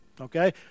Okay